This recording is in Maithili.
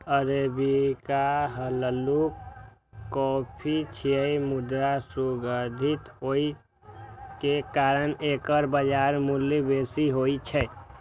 अरेबिका हल्लुक कॉफी छियै, मुदा सुगंधित होइ के कारण एकर बाजार मूल्य बेसी होइ छै